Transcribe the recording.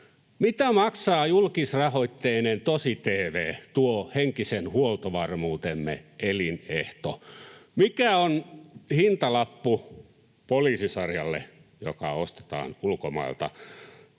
Mitä maksaa julkisrahoitteinen tosi-tv, tuo henkisen huoltovarmuutemme elinehto? Mikä on hintalappu poliisisarjalle, joka ostetaan ulkomailta?